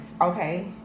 okay